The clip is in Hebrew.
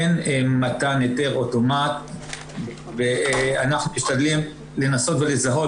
אין מתן היתר אוטומט ואנחנו משתדלים לנסות ולזהות